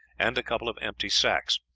and a couple of empty sacks.